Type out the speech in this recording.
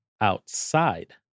outside